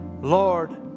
lord